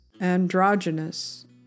androgynous